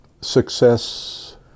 Success